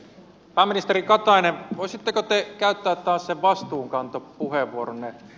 pääministeri katainen voisitteko te käyttää taas sen vastuunkantopuheenvuoronne